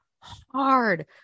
hard